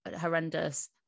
horrendous